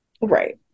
Right